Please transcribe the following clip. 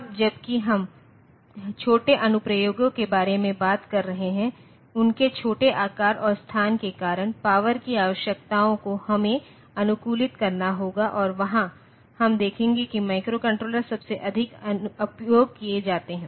अब जबकि हम छोटे अनुप्रयोगों के बारे में बात कर रहे हैं उनके छोटे आकार और स्थान के कारण पावर की आवश्यकताओं को हमें अनुकूलित करना होगा और वहां हम देखेंगे कि माइक्रोकंट्रोलर सबसे अधिक उपयोग किए जाते हैं